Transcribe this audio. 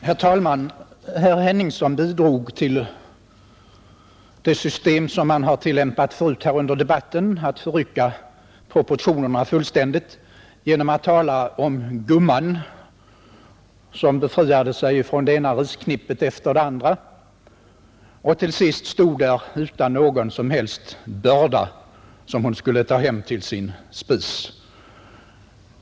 Herr talman! Herr Henningsson bidrog till det tillvägagångssätt man har tillämpat tidigare under debatten för att förrycka proportionerna fullständigt när han talade om gumman som befriade sig från det ena risknippet efter det andra och till sist stod där utan någon som helst börda som hon skulle ta hem till sin spis.